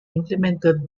implemented